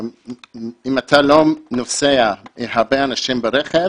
אם אתה לא נוסע עם הרבה אנשים ברכב